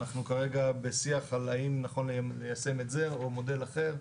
אנחנו כרגע בשיח על האם נכון ליישם את זה או מודל אחר.